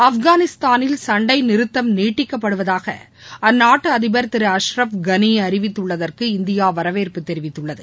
ஆப்கானிஸ்தானில் சண்டை நிறத்தம் நீட்டிக்கப்படுவதாக அந்நாட்டு அதிபர் திரு அஷ்ரப் கனி அறிவித்துள்ளதற்கு இந்தியா வரவேற்பு தெரிவித்துள்ளது